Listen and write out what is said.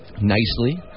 nicely